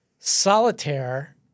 solitaire